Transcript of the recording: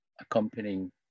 accompanying